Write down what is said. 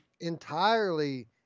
entirely